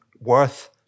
worth